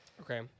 Okay